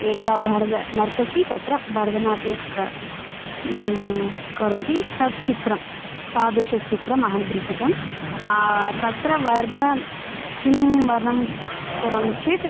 एका भरदनर्तकी तत्र भरदनाट्यं क करोति तच्चित्रं तादृशं चित्रम् अहं गृहीतं तत्र वर्णनं किं वर्णनं करोमि चेत्